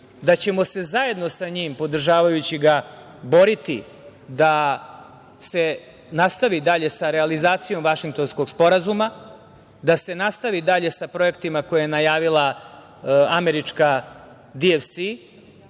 da ćemo se zajedno sa njim, podržavajući ga, boriti da se nastavi dalje sa realizacijom Vašingtonskog sporazuma, da se nastavi dalje sa projektima koje je najavila američka DFC,